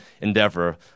endeavor